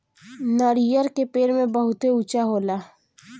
नरियर के पेड़ बहुते ऊँचा होला